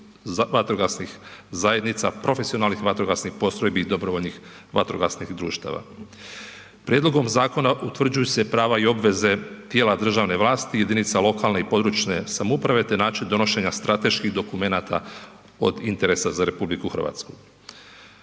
vatrogasnih zajednica, profesionalnih vatrogasnih postrojbi i dobrovoljnih vatrogasnih društava. Prijedlogom zakona utvrđuju se prava i obveze tijela državne vlasti, jedinica lokalne i područne samouprave te način donošenja strateških dokumenata od interesa za RH.